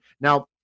Now